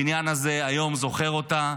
הבניין הזה היום זוכר אותה.